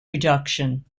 reduction